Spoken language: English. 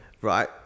right